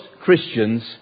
Christians